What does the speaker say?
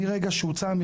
מרגע שיצאה ההנחיה,